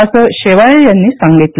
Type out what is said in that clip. असं शेवाळे यांनी सांगितलं